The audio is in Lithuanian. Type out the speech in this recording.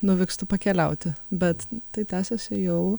nuvykstu pakeliauti bet tai tęsiasi jau